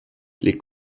les